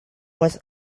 was